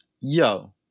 Yo